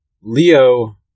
Leo